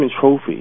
Trophy